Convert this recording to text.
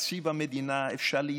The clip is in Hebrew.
תקציב המדינה, אפשר להתווכח,